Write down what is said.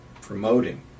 promoting